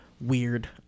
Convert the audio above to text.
weird